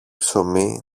ψωμί